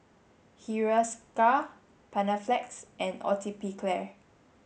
Hiruscar Panaflex and Atopiclair